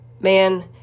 man